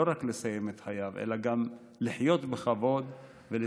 לא רק לסיים את חייו אלא גם לחיות בכבוד ולסיים,